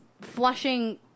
flushing